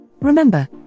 Remember